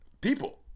people